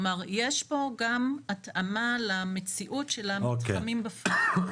יש פה התאמה למציאות של המתחמים בפועל.